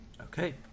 Okay